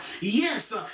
yes